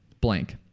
blank